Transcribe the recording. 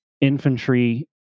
infantry